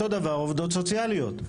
אותו דבר עובדות סוציאליות.